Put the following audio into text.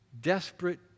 Desperate